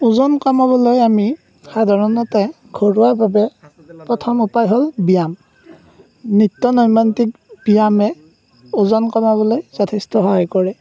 ওজন কমাবলৈ আমি সাধাৰণতে ঘৰুৱাভাৱে প্ৰথম উপায় হ'ল ব্যায়াম নিত্যনৈমিত্তিক ব্যায়ামে ওজন কমাবলৈ যথেষ্ট সহায় কৰে